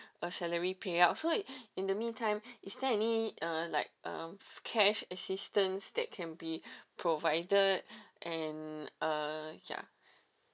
a salary payout so in the mean time is there any uh like um cash assistance that can be provided and uh ya